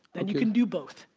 then you can do both.